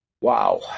wow